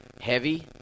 heavy